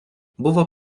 buvo